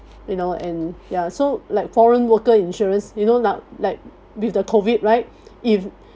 you know and ya so like foreign worker insurance you know like like with the COVID right if